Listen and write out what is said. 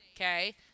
Okay